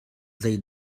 zei